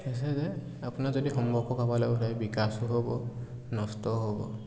ঠিক আছে আপোনাৰ যদি বিকাশো হ'ব নষ্ট হ'ব